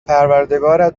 پروردگارت